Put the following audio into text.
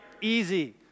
easy